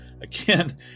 again